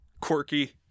quirky